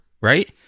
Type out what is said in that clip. right